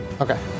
okay